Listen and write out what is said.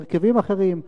בהרכבים אחרים,